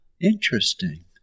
Interesting